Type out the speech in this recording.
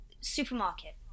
supermarket